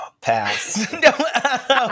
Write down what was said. Pass